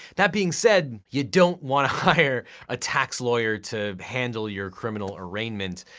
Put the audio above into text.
that being said, you don't wanna hire a tax lawyer to handle your criminal arraignment.